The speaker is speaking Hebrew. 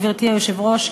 גברתי היושבת-ראש,